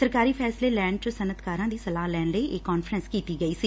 ਸਰਕਾਰੀ ਫੈਸਲੇ ਲੈਣ ਚ ਸਨੱਅਤਕਾਰਾ ਦੀ ਸਲਾਹ ਲੈਣ ਲਈ ਇਹ ਕਾਨਫਰੰਸ ਕੀਡੀ ਗਈ ਸੀ